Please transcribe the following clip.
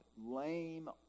lame